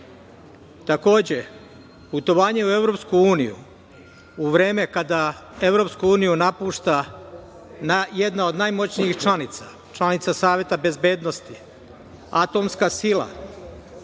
Takođe, putovanje u EU u vreme kada EU napušta jedna od najmoćnijih članica, članica Saveta bezbednosti, atomska sila,